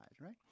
right